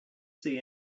see